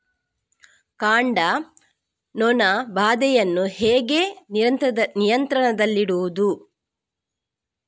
ಕಾಂಡ ನೊಣ ಬಾಧೆಯನ್ನು ಹೇಗೆ ನಿಯಂತ್ರಣದಲ್ಲಿಡುವುದು?